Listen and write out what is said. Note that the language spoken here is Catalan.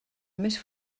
més